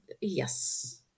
Yes